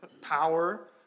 power